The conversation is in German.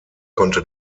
konnte